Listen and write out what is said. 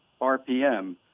RPM